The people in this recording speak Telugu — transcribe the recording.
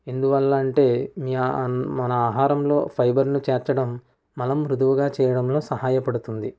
ఎందువల్ల అంటే మీ మన ఆహారంలో ఫైబర్ ను చేర్చడం మలం మృదువుగా చేయడంలో సహాయపడుతుంది